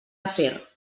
afer